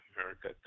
America